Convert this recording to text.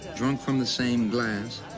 drunk from the same glass,